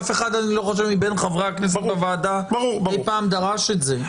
אף אחד מבין חברי הכנסת בוועדה דרש את זה אי-פעם.